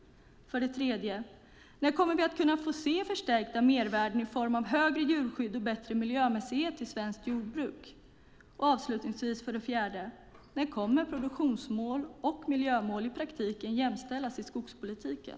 3. När kommer vi att kunna se förstärkta mervärden i form av starkare djurskydd och bättre miljömässighet i svenskt jordbruk? 4. När kommer produktionsmål och miljömål att i praktiken jämställas i skogspolitiken?